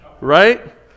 right